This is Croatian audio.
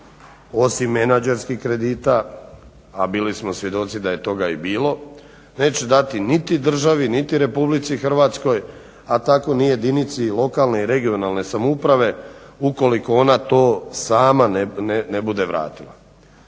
osim menadžerskih kredita, a bili smo svjedoci da je toga i bilo, neće dati niti državi niti Republici Hrvatskoj, a tako ni jedinici lokalne i regionalne samouprave ukoliko ona to sama ne bude vratila.